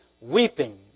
weeping